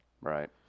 Right